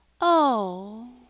Oh